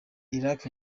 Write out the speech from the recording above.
iraq